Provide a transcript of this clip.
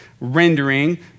rendering